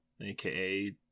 aka